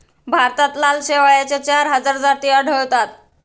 भारतात लाल शेवाळाच्या चार हजार जाती आढळतात